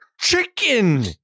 chicken